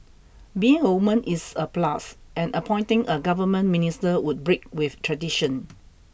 being a woman is a plus and appointing a government minister would break with tradition